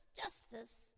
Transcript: justice